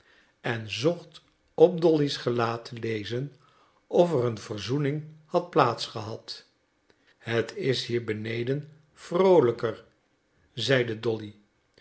en zocht op dolly's gelaat te lezen of er een verzoening had plaats gehad het is hier beneden vroolijker zeide dolly